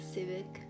Civic